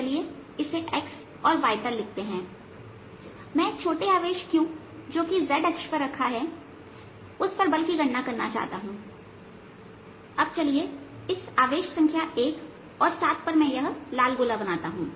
चलिए इसे x और y तल लिखते हैं मैं एक छोटे आवेश q जो कि z अक्ष पर रखा है उस पर बल की गणना करना चाहता हूं अब चलिए इस आवेश संख्या 1 और आवेश संख्या 7 पर मैं यह लाल गोला बनाता हूं